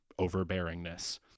overbearingness